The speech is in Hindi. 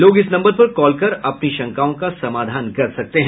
लोग इस नम्बर पर कॉल कर अपनी शंकाओं का समाधान कर सकते हैं